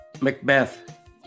Macbeth